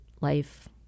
life